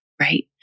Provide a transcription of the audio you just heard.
Right